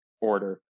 order